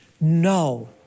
No